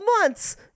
months